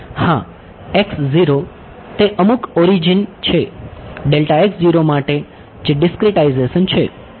હા એ અમુક ઓરિજિન છે માટે જે ડિસક્રીટાઈઝેશન છે